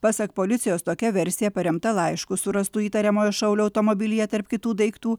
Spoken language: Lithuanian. pasak policijos tokia versija paremta laišku surastu įtariamojo šaulio automobilyje tarp kitų daiktų